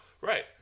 Right